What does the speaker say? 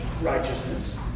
righteousness